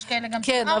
יש כאלה שזה גם יותר.